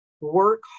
work